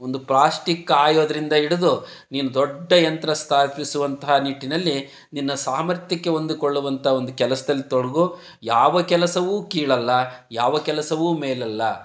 ಒಂದು ಪ್ಲಾಸ್ಟಿಕ್ ಕಾಯೋದರಿಂದ ಹಿಡಿದು ನೀನು ದೊಡ್ಡ ಯಂತ್ರ ಸ್ಥಾಪಿಸುವಂತಹ ನಿಟ್ಟಿನಲ್ಲಿ ನಿನ್ನ ಸಾಮರ್ಥ್ಯಕ್ಕೆ ಹೊಂದಿಕೊಳ್ಳುವಂಥ ಒಂದು ಕೆಲಸ್ದಲ್ಲಿ ತೊಡಗು ಯಾವ ಕೆಲಸವೂ ಕೀಳಲ್ಲ ಯಾವ ಕೆಲಸವೂ ಮೇಲಲ್ಲ